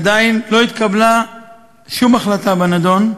עדיין לא התקבלה שום החלטה בנדון,